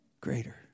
Greater